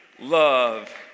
love